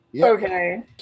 Okay